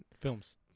films